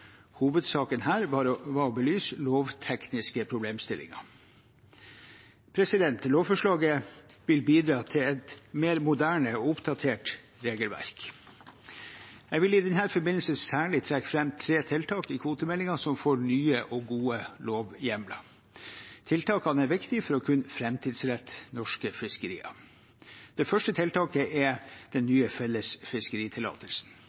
Hovedsaken her var å belyse lovtekniske problemstillinger. Lovforslaget vil bidra til et mer moderne og oppdatert regelverk. Jeg vil i denne forbindelse særlig trekke fram tre tiltak i kvotemeldingen som får nye og gode lovhjemler. Tiltakene er viktige for å kunne framtidsrette norske fiskerier: Det første tiltaket er den